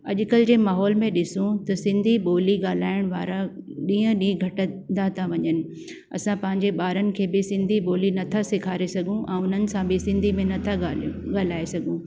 अॼुकल्ह जे माहौल में ॾिसूं त सिंधी ॿोली ॻाल्हाइण वारा ॾींहं ॾींहं घटंदा था वञनि असां पंहिंजे ॿारनि खे बि सिंधी ॿोली नथा सेखारे सघूं ऐं उन्हनि सां बि सिंधी में नथा ॻाल्हियूं ॻाल्हाए सघूं